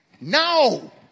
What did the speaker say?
No